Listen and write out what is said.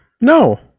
No